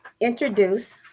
introduce